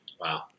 Wow